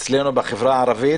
אצלנו בחברה הערבית